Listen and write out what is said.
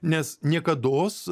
nes niekados